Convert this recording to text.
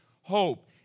hope